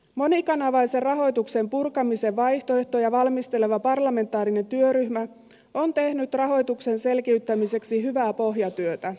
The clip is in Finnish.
monikanavaisen rahoituksen purkamisen vaihtoehtoja valmisteleva parlamentaarinen työryhmä on tehnyt rahoituksen selkiyttämiseksi hyvää pohjatyötä